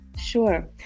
Sure